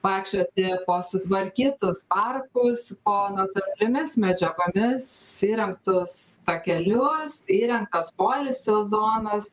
vaikščioti po sutvarkytus parkus po natūraliomis medžiagomis įrengtus takelius įrengtas poilsio zonas